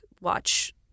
watch